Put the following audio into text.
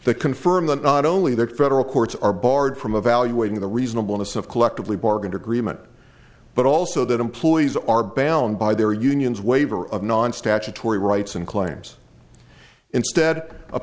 that confirm that not only that federal courts are barred from evaluating the reasonable to collectively bargain agreement but also that employees are bound by their union's waiver of non statutory rights and claims instead